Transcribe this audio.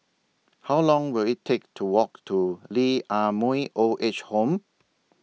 How Long Will IT Take to Walk to Lee Ah Mooi Old Age Home